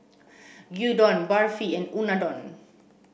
Gyudon Barfi and Unadon